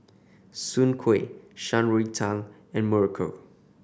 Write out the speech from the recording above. Soon Kuih Shan Rui Tang and muruku